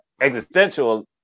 existential